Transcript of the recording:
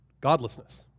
godlessness